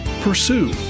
pursue